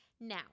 Now